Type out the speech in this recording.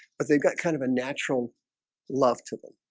but they've got kind of a natural love to them.